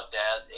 dad